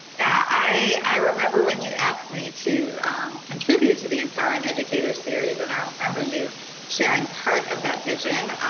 i remember when you asked me to contribute to the empowering educator series and i remember you sharing part of that vision.